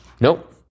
Nope